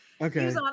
Okay